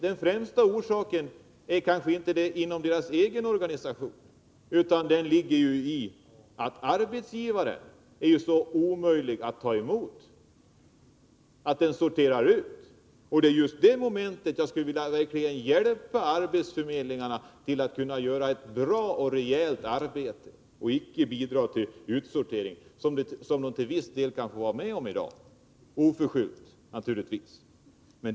Den främsta orsaken finns kanske inte inom deras egen organisation utan ligger i att arbetsgivaren är så omöjlig beträffande att ta emot, att man sorterar ut. Det är just i fråga om det momentet som jag skulle vilja hjälpa arbetsförmedlingarna till att göra ett bra och rejält arbete och inte bidra till utsorteringen, som de till viss del får vara med om i dag — naturligtvis oförskyllt.